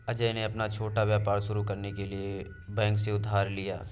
अजय ने अपना छोटा व्यापार शुरू करने के लिए बैंक से उधार लिया